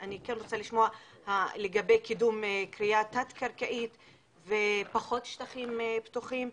אני כן רוצה לשמוע לגבי קידום כרייה תת קרקעית ופחות שטחים פתוחים,